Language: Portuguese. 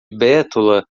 bétula